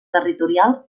territorial